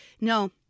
No